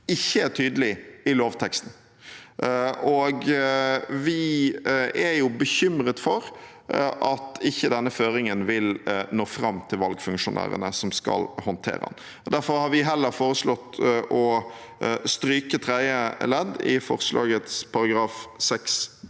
ikke er tydelig i lovteksten. Vi er bekymret for at denne føringen ikke vil nå fram til valgfunksjonærene som skal håndtere den, og derfor har vi foreslått å stryke tredje ledd i forslaget til §